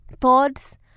thoughts